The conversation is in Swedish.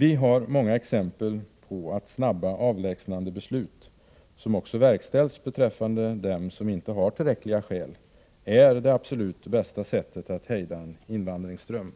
Vi har många exempel på att snabba avlägsnandebeslut, som också verkställs beträffande dem som inte har tillräckliga skäl, är det absolut bästa sättet att hejda en invandringsström.